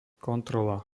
kontrola